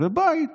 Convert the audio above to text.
ובית